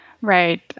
Right